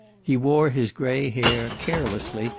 he wore his grey hair, carelessly,